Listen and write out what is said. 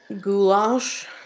goulash